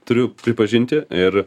turiu pripažinti ir